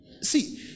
see